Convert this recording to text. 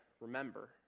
remember